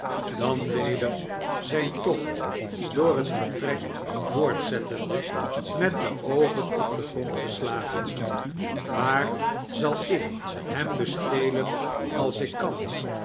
dan weder zijn tocht door het vertrek voortzettende met de oogen op den grond geslagen waar zal ik hem bestelen als ik kan